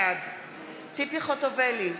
בעד ציפי חוטובלי,